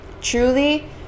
truly